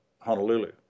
Honolulu